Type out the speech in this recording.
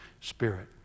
spirit